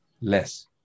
less